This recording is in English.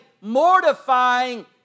mortifying